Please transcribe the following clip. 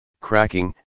cracking